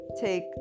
take